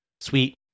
sweet